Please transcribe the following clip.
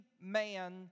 man